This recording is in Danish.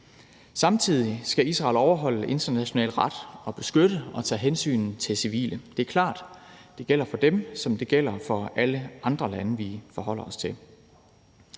Samtidig skal Israel overholde international ret og beskytte og tage hensyn til civile. Det er klart, at det gælder for dem, som det gælder for alle andre lande, vi forholder os til.